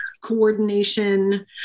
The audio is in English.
coordination